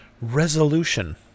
resolution